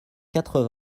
quatre